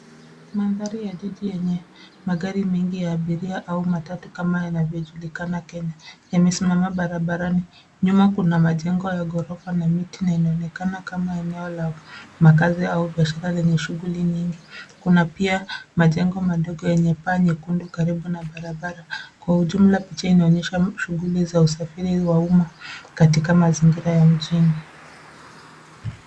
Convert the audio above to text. Mandhari ya jiji yenye magari mengi ya abiria au matatu kama yanavyojulikana Kenya, yamesimama barabarani. Nyuma kuna majengo ya gorofa na miti na inaonekana kama eneo la makazi au biashara lenye shughuli nyingi. Kuna pia majengo madogo yenye paa nyekundu karibu na barabara. Kwa ujumla picha inaonyesha shughuli za usafiri wa umma katika mazingira ya mjini.